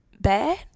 bad